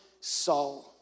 soul